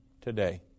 today